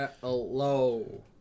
Hello